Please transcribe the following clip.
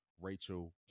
Rachel